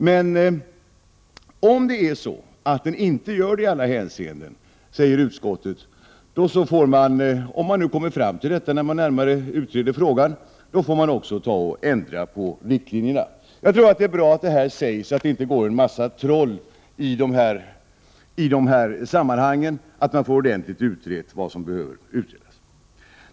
Men, säger utskottet, om den inte skulle göra det i alla hänseenden, får man, om man kommer fram till det när man närmare utreder frågan, ändra på riktlinjerna. Jag tror att det är bra att det här sägs, så att det inte går troll i dessa frågor och så att det som behöver utredas blir ordentligt utrett.